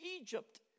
Egypt